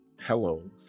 Hello